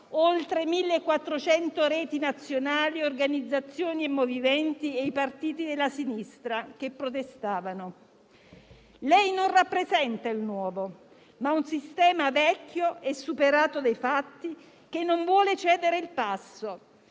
oltre 1.400 reti nazionali, organizzazioni, movimenti e i partiti della sinistra che protestavano. Lei non rappresenta il nuovo, ma un sistema vecchio e superato dai fatti che non vuole cedere il passo.